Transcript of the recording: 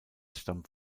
stammt